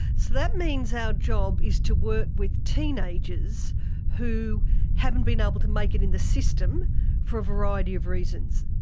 so that means our job is to work with teenagers who haven't been able to make it in the system for a variety of reasons.